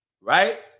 right